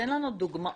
תן לנו דוגמאות